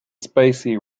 spacey